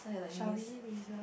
shall we reserve